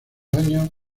años